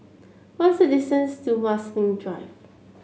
what is the distance to Marsiling Drive